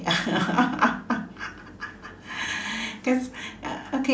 cause uh